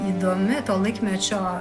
įdomi to laikmečio